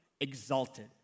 exalted